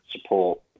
support